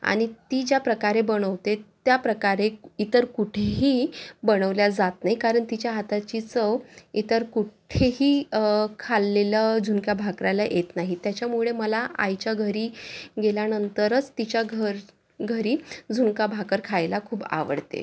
आणि ती ज्या प्रकारे बनवते त्या प्रकारे इतर कुठेही बनवल्या जात नाही कारण तिच्या हाताची चव इतर कुठ्ठेही खाल्लेलं झुणका भाकरला येत नाही त्याच्यामुळे मला आईच्या घरी गेल्यानंतरच तिच्या घर घरी झुणका भाकर खायला खूप आवडते